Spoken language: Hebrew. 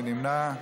מי נמנע?